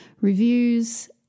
reviews